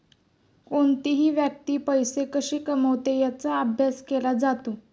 कोणतीही व्यक्ती पैसे कशी कमवते याचा अभ्यास केला जातो